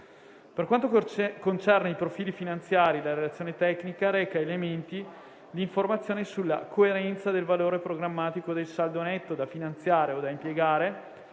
Per quanto concerne i profili finanziari, la relazione tecnica reca elementi di informazione sulla coerenza del valore programmatico del saldo netto da finanziare o da impiegare